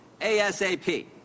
ASAP